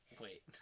Wait